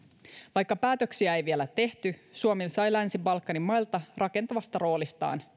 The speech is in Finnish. vaikka päätöksiä ei vielä tehty suomi sai länsi balkanin mailta kiitosta rakentavasta roolistaan